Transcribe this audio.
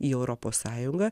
į europos sąjungą